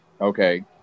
okay